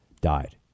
died